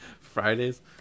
Fridays